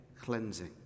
cleansing